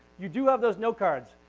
you do have those note cards.